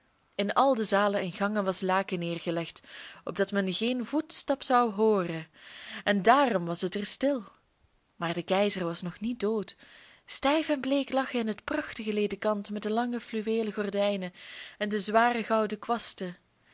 in al de zalen en gangen was laken neergelegd opdat men geen voetstap zou hooren en daarom was het er stil maar de keizer was nog niet dood stijf en bleek lag hij in het prachtige ledekant met de lange fluweelen gordijnen en de zware gouden kwasten